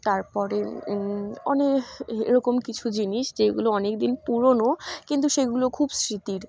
তারপরে অনে এরকম কিছু জিনিস যেগুলো অনেক দিন পুরোনো কিন্তু সেগুলো খুব স্মৃতির